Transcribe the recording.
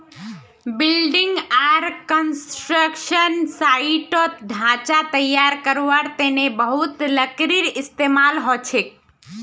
building आर construction साइटत ढांचा तैयार करवार तने बहुत लकड़ीर इस्तेमाल हछेक